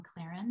McLaren